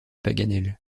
paganel